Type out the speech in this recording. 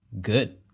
good